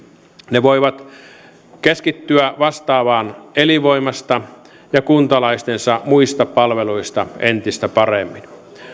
ne voivat keskittyä vastaamaan elinvoimasta ja kuntalaistensa muista palveluista entistä paremmin